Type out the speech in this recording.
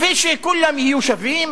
ושכולם יהיו שווים